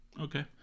Okay